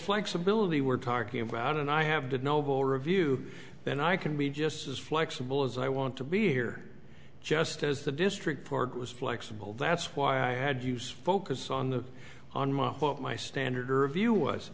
flexibility we're talking about and i have to noble review then i can be just as flexible as i want to be here just as the district court was flexible that's why i had use focus on the on my what my standard or a view was